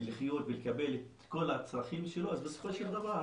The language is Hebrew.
לחיות ולקבל את כל הצרכים שלו והזכויות,